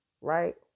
Right